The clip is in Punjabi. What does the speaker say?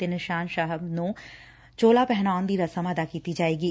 ਅਤੇ ਨਿਸ਼ਾਨ ਸਾਹਿਬ ਨੂੰ ਚੋਲਾ ਪਹਿਨਾਉਣ ਦੀ ਰਸਮ ਅਦਾ ਕੀਤੀ ਜਾਏਗੀ